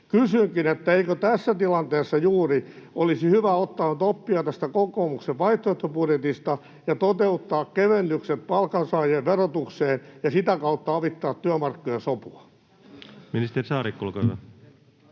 Kysynkin: eikö juuri tässä tilanteessa olisi hyvä ottaa nyt oppia tästä kokoomuksen vaihtoehtobudjetista ja toteuttaa kevennykset palkansaajien verotukseen ja sitä kautta avittaa työmarkkinasopua? Ministeri Saarikko, olkaa hyvä.